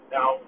Now